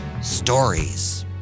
stories